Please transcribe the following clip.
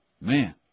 Man